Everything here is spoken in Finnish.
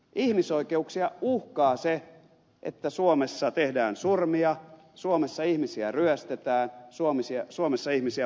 ihmisoikeuksia uhkaa se että suomessa tehdään surmia suomessa ihmisiä ryöstetään suomessa ihmisiä pahoinpidellään